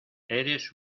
eres